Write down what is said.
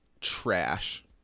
trash